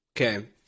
Okay